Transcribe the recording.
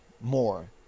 more